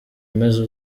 umeze